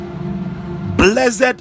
blessed